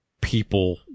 people